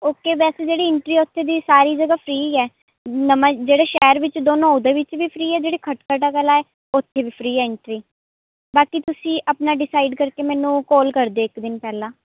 okay ਵੈਸੇ ਜਿਹੜੀ entry ਹੈ ਉੱਥੇ ਦੀ ਸਾਰੀ ਜਗ੍ਹਾ ਫ੍ਰੀ ਹੈ ਨਵਾਂ ਜਿਹੜਾ ਸ਼ਹਿਰ ਵਿੱਚ ਦੋਨੋਂ ਉਹਦੇ ਵਿੱਚ ਵੀ ਫ੍ਰੀ ਹੈ ਜਿਹੜੀ ਖਟਕੜ ਕਲਾਂ ਹੈ ਉੱਥੇ ਵੀ ਫ੍ਰੀ ਹੈ ਐਂਟਰੀ ਬਾਕੀ ਤੁਸੀਂ ਆਪਣਾ ਡਿਸਾਈਡ ਕਰਕੇ ਮੈਨੂੰ ਕੋਲ ਕਰ ਦਿਓ ਇੱਕ ਦਿਨ ਪਹਿਲਾਂ